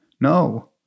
no